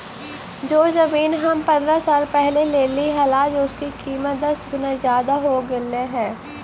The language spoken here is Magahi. जो जमीन हम पंद्रह साल पहले लेली हल, आज उसकी कीमत दस गुना जादा हो गेलई हे